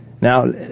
Now